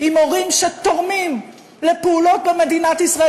עם הורים שתורמים לפעולות במדינת ישראל,